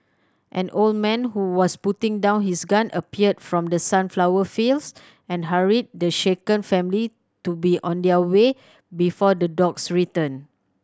an old man who was putting down his gun appeared from the sunflower fields and hurried the shaken family to be on their way before the dogs return